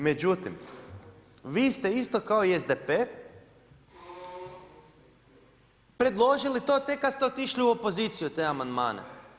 Međutim, vi ste isto kao i SDP predložili to tek kada ste otišli u opoziciju te amandmane.